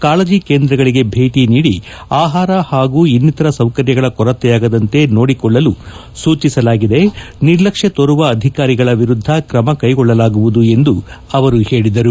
ಕಾಳಜಿ ಕೇಂದ್ರಗಳಿಗೆ ಭೇಟಿ ನೀಡಿ ಆಹಾರ ಹಾಗೂ ಇನ್ನಿತರ ಸೌಕರ್ಯಗಳ ಕೊರತೆಯಾಗದಂತೆ ನೋಡಿಕೊಳ್ಳಲು ಸೂಚಿಸಲಾಗಿದೆ ನಿರ್ಲಕ್ಷ್ಯ ತೋರುವ ಅಧಿಕಾರಿಗಳ ವಿರುದ್ದ ಕ್ರಮ ಕೈಕೊಳ್ಳಲಾಗುವುದು ಎಂದು ಹೇಳದರು